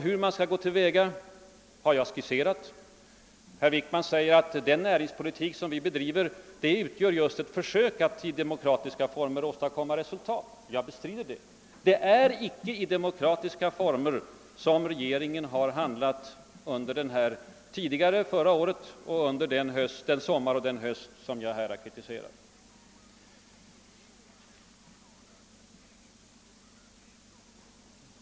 Hur man skall gå till väga har jag skisserat. Herr Wickman sade att den näringspolitik han bedriver utgör ett försök att under demokratiska former åstadkomma resultat. Jag bestrider det. Det är icke under demokratiska former regeringen handlat under förra året och den sommar och höst som min kritik gäller.